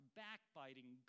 backbiting